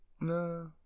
No